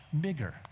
bigger